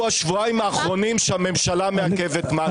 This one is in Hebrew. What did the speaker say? השבועיים האחרונים שהממשלה מעכבת משהו.